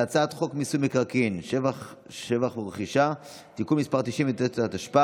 על הצעת חוק מיסוי מקרקעין (שבח ורכישה) (תיקון מס' 9),